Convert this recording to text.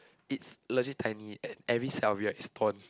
it's logic tiny and every sound weird is tone